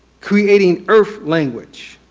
creating earth language,